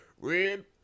Red